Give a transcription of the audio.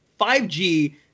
5G